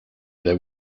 they